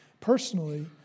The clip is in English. personally